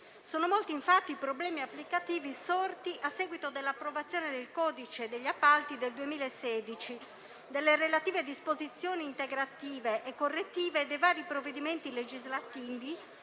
Sono molti, infatti, i problemi applicativi sorti a seguito dell'approvazione del codice degli appalti del 2016 e delle relative disposizioni integrative e correttive dei vari provvedimenti legislativi